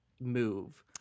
move